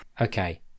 Okay